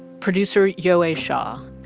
producer yowei shaw